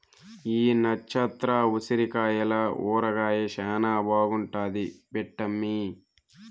ఈ నచ్చత్ర ఉసిరికాయల ఊరగాయ శానా బాగుంటాది పెట్టమ్మీ